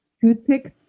toothpicks